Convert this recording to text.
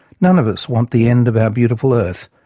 none of us want the end of our beautiful earth,